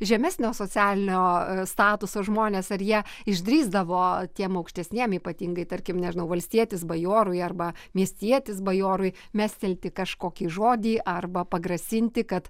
žemesnio socialinio statuso žmonės ar jie išdrįsdavo tiem aukštesniem ypatingai tarkim nežinau valstietis bajorui arba miestietis bajorui mestelti kažkokį žodį arba pagrasinti kad